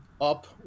up